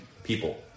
People